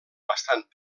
bastant